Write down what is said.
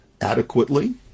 adequately